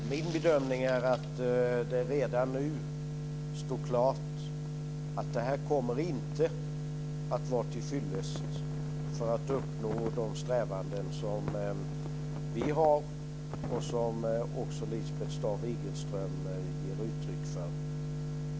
Fru talman! Min bedömning är att det redan nu står klart att det här inte kommer att vara till fyllest för att man ska kunna uppnå de strävanden som vi har och som också Lisbeth Staaf-Igelström ger uttryck för.